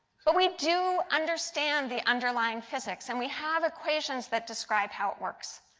but we do understand the underlying physics. and we have equations that describe how it works.